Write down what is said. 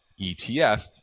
ETF